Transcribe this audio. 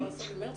ב-17 למרץ